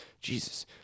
Jesus